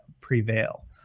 prevail